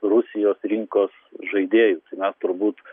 rusijos rinkos žaidėjų tai mes turbūt